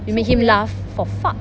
you make him laugh for fuck